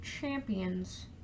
Champions